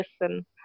listen